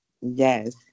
Yes